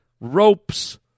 ropes